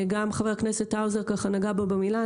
חבר הכנסת האוזר ככה נגע בו במילה,